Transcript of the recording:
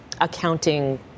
accounting